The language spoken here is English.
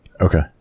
Okay